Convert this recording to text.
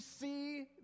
see